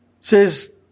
says